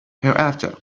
hereafter